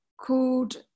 called